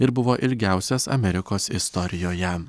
ir buvo ilgiausias amerikos istorijoje